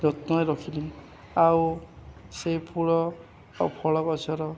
ଯତ୍ନରେ ରଖିଲି ଆଉ ସେଇ ଫୁଲ ଆଉ ଫଳ ଗଛର